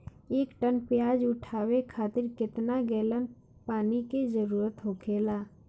एक टन प्याज उठावे खातिर केतना गैलन पानी के जरूरत होखेला?